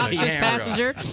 passenger